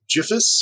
Jiffus